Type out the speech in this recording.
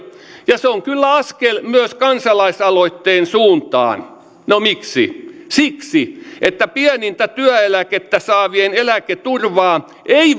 ja se on kyllä askel myös kansalaisaloitteen suuntaan no miksi siksi että pienintä työeläkettä saavien eläketurvaa ei